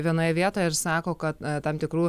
vienoj vietoj ir sako kad tam tikrų